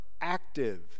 active